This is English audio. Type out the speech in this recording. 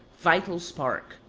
vital spark.